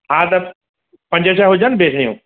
हा त पंज छह हुजनि बेसणियूं